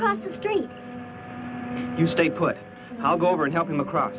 confiscate you stay put i'll go over and help them across